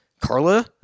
Carla